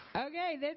Okay